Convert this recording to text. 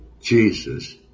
Jesus